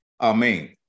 Amen